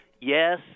yes